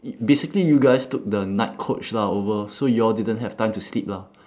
basically you guys took the night coach lah over so y'all didn't have time to sleep lah